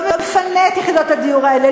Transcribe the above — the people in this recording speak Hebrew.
לא מפנה את יחידות הדיור האלה,